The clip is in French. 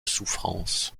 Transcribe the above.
souffrance